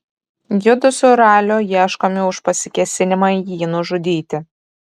judu su raliu ieškomi už pasikėsinimą jį nužudyti